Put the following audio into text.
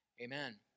amen